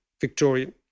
Victorian